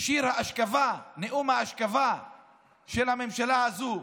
שיר האשכבה, נאום האשכבה של הממשלה הזו.